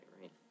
right